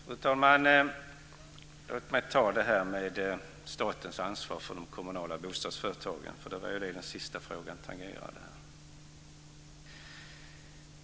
Fru talman! Låt mig ta upp detta med statens ansvar för de kommunala bostadsbolagen. Det var ju det som den sista frågan tangerade.